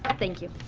thank you.